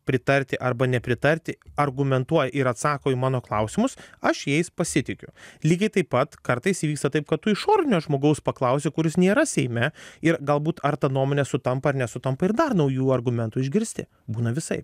pritarti arba nepritarti argumentuoja ir atsako į mano klausimus aš jais pasitikiu lygiai taip pat kartais įvyksta taip kad tu išorinio žmogaus paklausi kuris nėra seime ir galbūt ar ta nuomonė sutampa ar nesutampa ir dar naujų argumentų išgirsti būna visaip